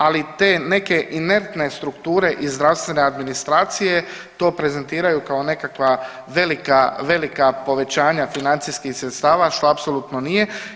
Ali te neke inertne strukture iz zdravstvene administracije to prezentiraju kao nekakva velika, velika povećanja financijskih sredstava što apsolutno nije.